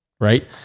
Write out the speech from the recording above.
right